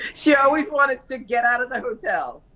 she always wanted to get out of the hotel.